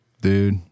Dude